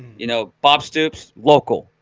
you know, bob stoops local,